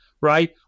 right